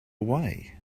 way